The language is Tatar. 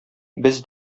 без